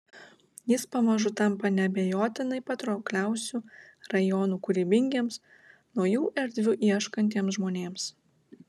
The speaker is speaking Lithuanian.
jis pamažu tampa neabejotinai patraukliausiu rajonu kūrybingiems naujų erdvių ieškantiems žmonėms